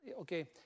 okay